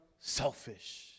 selfish